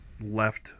left